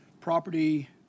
property